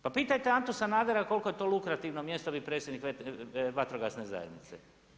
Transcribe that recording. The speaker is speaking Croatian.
Pa pitajte Antu Sanadera koliko je to lukrativno mjesto biti predsjednik vatrogasne zajednice.